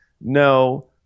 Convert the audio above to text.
No